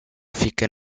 fica